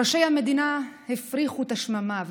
ראשי המדינה הפריחו את השממה,